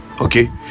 Okay